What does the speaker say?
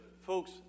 Folks